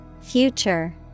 Future